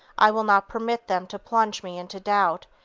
i will not permit them to plunge me into doubt,